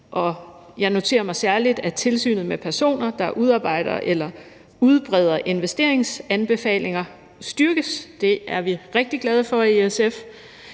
jeg noterer mig særlig, at tilsynet med personer, der udarbejder eller udbreder investeringsanbefalinger, styrkes. Det er vi rigtig glade for i SF.